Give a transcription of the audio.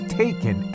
taken